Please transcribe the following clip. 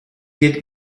get